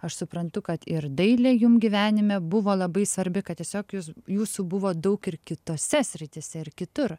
aš suprantu kad ir dailė jum gyvenime buvo labai svarbi kad tiesiog jūs jūsų buvo daug ir kitose srityse ir kitur